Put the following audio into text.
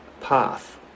path